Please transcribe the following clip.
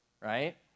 right